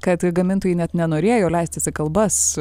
kad gamintojai net nenorėjo leistis į kalbas